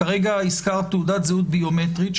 כרגע הזכר תעודת זהות ביומטרית,